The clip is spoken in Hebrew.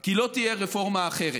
כי לא תהיה רפורמה אחרת.